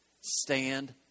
stand